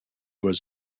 was